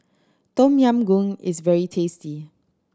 Tom Yam Goong is very tasty